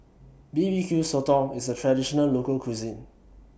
B B Q Sotong IS A Traditional Local Cuisine